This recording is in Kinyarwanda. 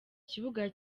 kibuga